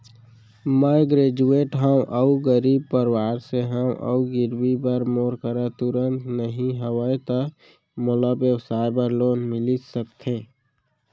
मैं ग्रेजुएट हव अऊ गरीब परवार से हव अऊ गिरवी बर मोर करा तुरंत नहीं हवय त मोला व्यवसाय बर लोन मिलिस सकथे?